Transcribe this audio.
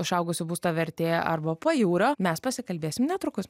išaugusi būsto vertė arba pajūrio mes pasikalbėsim netrukus